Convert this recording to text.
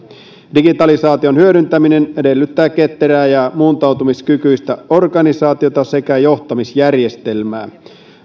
digitalisaation hyödyntäminen edellyttää ketterää ja muuntautumiskykyistä organisaatiota sekä johtamisjärjestelmää